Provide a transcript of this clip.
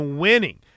winning